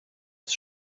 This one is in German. ist